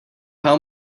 how